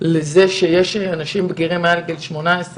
שיש אנשים בגירים מעל גיל 18,